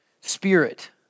spirit